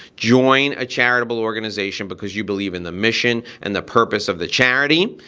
join a charitable organization because you believe in the mission and the purpose of the charity.